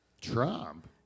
Trump